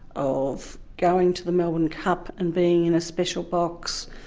of going to the melbourne cup and being in a special box.